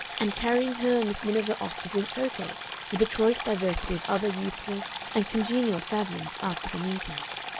and carrying her and miss miniver off to drink cocoa with a choice diversity of other youthful and congenial fabians after the meetings.